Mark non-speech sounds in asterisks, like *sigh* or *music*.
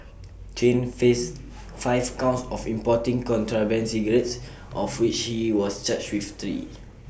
Chen faced *noise* five counts of importing contraband cigarettes of which he was charged with three